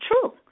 true